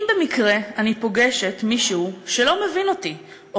אם במקרה אני פוגשת מישהו שלא מבין אותי או